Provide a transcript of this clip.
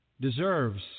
deserves